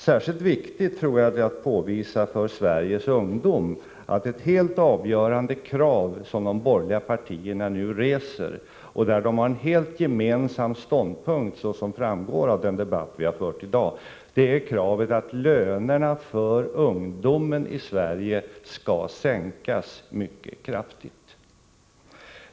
Särskilt viktigt tror jag det är att påvisa för Sveriges ungdom att det helt avgörande krav som de borgerliga partierna nu reser och där de har en gemensam ståndpunkt — vilket framgår av den debatt vi har fört i dag — är att lönerna för ungdomen i Sverige skall sänkas mycket kraftigt.